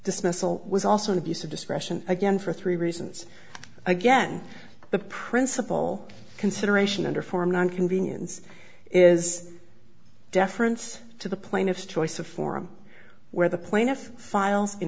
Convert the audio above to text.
dismissal was also an abuse of discretion again for three reasons again the principle consideration under foreman on convenience is deference to the plaintiff's choice of forum where the plaintiff file